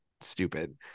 stupid